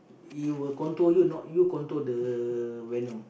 he will control you not you control the venom